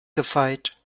gefeit